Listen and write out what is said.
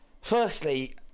Firstly